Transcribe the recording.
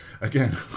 again